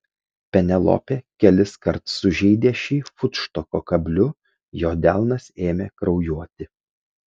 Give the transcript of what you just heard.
penelopė keliskart sužeidė šį futštoko kabliu jo delnas ėmė kraujuoti